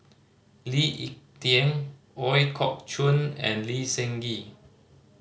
Lee Ek Tieng Ooi Kok Chuen and Lee Seng Gee